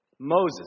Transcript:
Moses